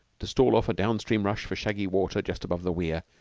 to stall off a down-stream rush for shaggy water just above the weir,